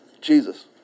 Jesus